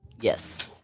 Yes